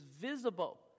visible